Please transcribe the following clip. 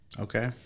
Okay